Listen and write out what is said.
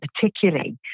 particularly